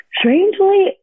Strangely